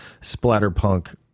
splatterpunk